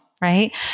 right